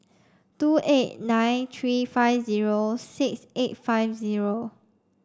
two eight nine three five zero six eight five zero